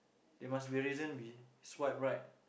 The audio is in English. it must be a reason we swipe right